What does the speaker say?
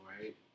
right